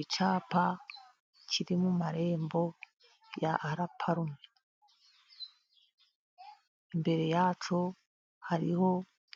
Icyapa kiri mu marembo ya la Parume, imbere yacyo hariho